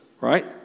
right